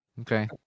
Okay